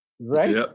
right